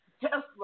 Tesla